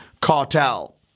Cartel